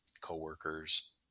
coworkers